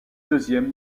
deuxième